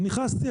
ונכנסתי,